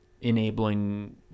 enabling